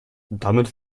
damit